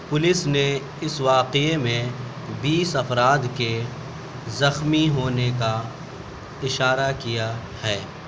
police نے اس واقعے میں بیس افراد کے زخمی ہونے کا اشارہ کیا ہے